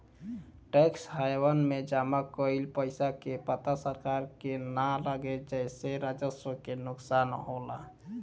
tax haven में जमा कइल पइसा के पता सरकार के ना लागे जेसे राजस्व के नुकसान होला